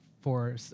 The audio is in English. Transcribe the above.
for-